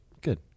Good